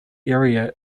area